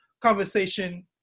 conversation